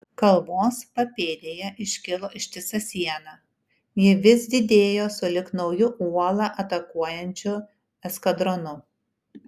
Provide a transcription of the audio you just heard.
kalvos papėdėje iškilo ištisa siena ji vis didėjo sulig nauju uolą atakuojančiu eskadronu